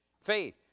faith